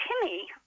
Timmy